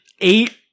eight